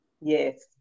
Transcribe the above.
Yes